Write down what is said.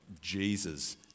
Jesus